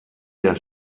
der